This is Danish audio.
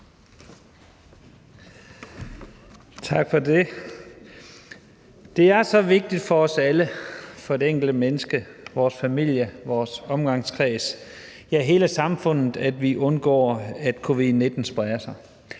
Tak for det. Det er så vigtigt for os alle – for det enkelte menneske, for vores familie, for vores omgangskreds, ja, for hele samfundet – at vi undgår, at covid-19 spreder sig.